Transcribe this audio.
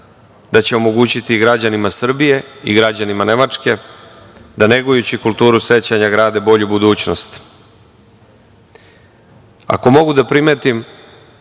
da će omogućiti građanima Srbije i građanima Nemačke da negujući kulturu sećanja grade bolju budućnost. Ako mogu da primetim